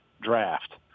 draft